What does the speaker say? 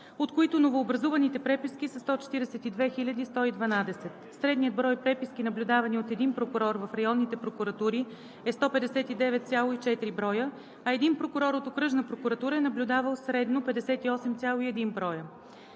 от които новообразуваните преписки са 142 112. Средният брой преписки, наблюдавани от един прокурор в районните прокуратури, е 159,4 броя, а един прокурор от окръжна прокуратура е наблюдавал средно 58,1 броя.